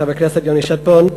חבר הכנסת יוני שטבון,